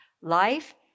life